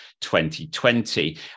2020